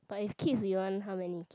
but if kids you want how many